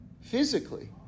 physically